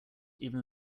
even